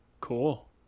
Cool